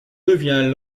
devient